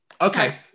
Okay